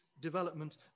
development